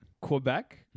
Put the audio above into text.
Quebec